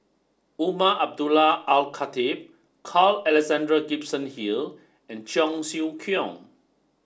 Umar Abdullah Al Khatib Carl Alexander Gibson Hill and Cheong Siew Keong